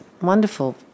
wonderful